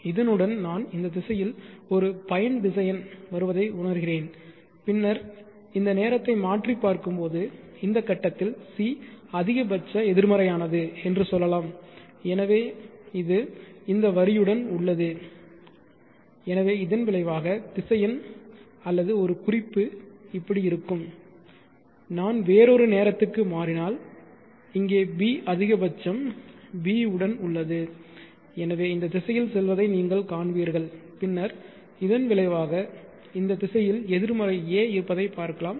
இதனுடன் நான் இந்த திசையில் ஒரு பயன்திசையன் வருவதை உணர்கிறேன் பின்னர் இந்த நேரத்தை மாற்றி பார்க்கும்போது இந்த கட்டத்தில் c அதிகபட்ச எதிர்மறையானது என்று சொல்லலாம் எனவே இது இந்த வரியுடன் உள்ளது எனவே இதன் விளைவாக திசையன் அல்லது ஒரு குறிப்பு இப்படி இருக்கும் நான் வேறொரு நேரத்திற்கு மாறினால் இங்கே b அதிகபட்சம் B உடன் உள்ளது எனவே இந்த திசையில் செல்வதை நீங்கள் காண்பீர்கள் பின்னர் இதன் விளைவாக இந்த திசையில் எதிர்மறை a இருப்பதைப் பார்க்கலாம்